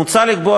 מוצע לקבוע,